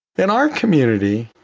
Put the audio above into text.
in our community,